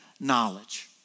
knowledge